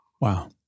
Wow